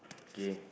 gay